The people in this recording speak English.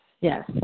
yes